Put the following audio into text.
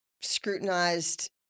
scrutinized